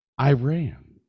Iran